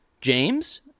james